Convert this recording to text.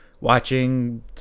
watching